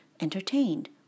entertained